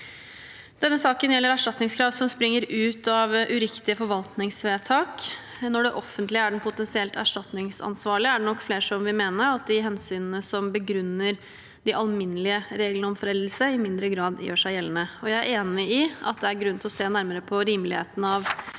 Denne saken gjelder erstatningskrav som springer ut av uriktige forvaltningsvedtak. Når det offentlige er den potensielt erstatningsansvarlige, er det nok flere som vil mene at de hensynene som begrunner de alminnelige reglene om foreldelse, i mindre grad gjør seg gjeldende. Jeg er enig i at det er grunn til å se nærmere på rimeligheten i